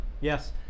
yes